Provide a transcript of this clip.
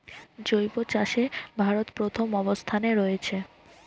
জৈব চাষে ভারত প্রথম অবস্থানে রয়েছে